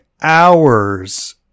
hours